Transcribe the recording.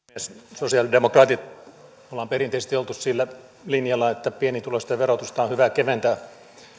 sosiaalidemokraatit olemme perinteisesti olleet sillä linjalla että pienituloisten verotusta on hyvä keventää